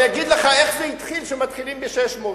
אני אגיד לך איך זה התחיל שמתחילים ב-600.